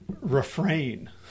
refrain